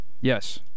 Yes